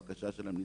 והבקשה שלהם נדחתה.